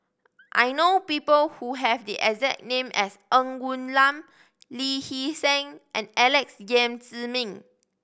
I know people who have the exact name as Ng Woon Lam Lee Hee Seng and Alex Yam Ziming